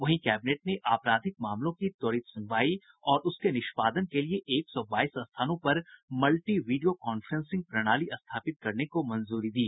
वहीं कैबिनेट ने आपराधिक मामलों की त्वरित सुनवाई और उसके निष्पादन के लिए एक सौ बाईस स्थानों पर मल्टी वीडियो कॉन्फ्रेंसिंग प्रणाली स्थापित करने को मंजूरी दी